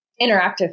interactive